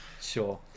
Sure